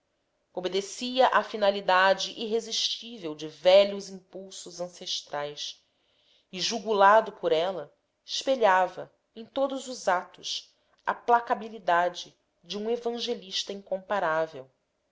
obedecia à finalidade irresistível de velhos impulsos ancestrais e jugulado por ela espelhava em todos os atos a placabilidade de um evangelista incomparável